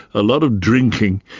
a lot of drinking.